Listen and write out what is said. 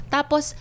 Tapos